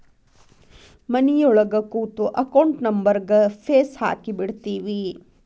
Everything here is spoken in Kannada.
ಮನಿಯೊಳಗ ಕೂತು ಅಕೌಂಟ್ ನಂಬರ್ಗ್ ಫೇಸ್ ಹಾಕಿಬಿಡ್ತಿವಿ